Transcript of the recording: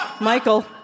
Michael